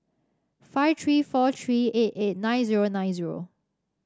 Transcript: five three four three eight eight nine zero nine zero